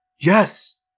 Yes